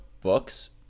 books